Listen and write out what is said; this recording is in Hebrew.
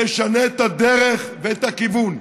נשנה את הדרך ואת הכיוון.